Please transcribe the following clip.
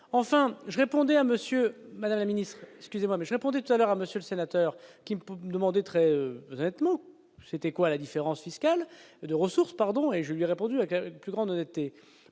tout à l'heure à monsieur le sénateur qui demandait très honnêtement, c'était quoi la différence fiscale de ressources pardon et je lui a répondu avec la plus grande honnêteté